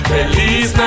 Feliz